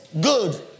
good